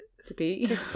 speak